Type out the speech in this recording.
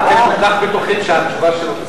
אבל אתם כל כך בטוחים שהתשובה שלו, ?